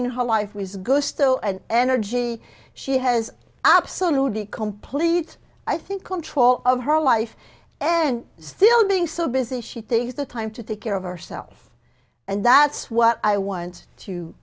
in her life was ghost so energy she has absolutely complete i think control of her life and still being so busy she takes the time to take care of herself and that's what i want to